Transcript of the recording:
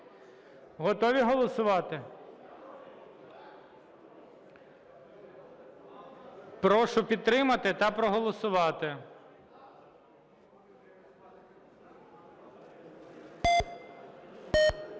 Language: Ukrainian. Готові голосувати? Прошу підтримати та проголосувати.